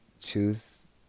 choose